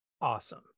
Awesome